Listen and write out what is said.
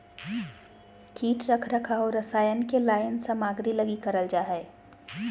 कीट रख रखाव रसायन के लाइन सामग्री लगी करल जा हइ